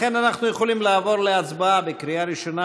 לכן, אנחנו יכולים לעבור להצבעה בקריאה ראשונה.